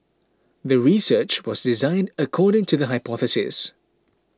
the research was designed according to the hypothesis